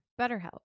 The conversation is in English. BetterHelp